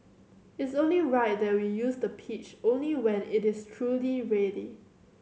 it's only right that we use the pitch only when it is truly ready